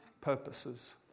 purposes